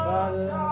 Father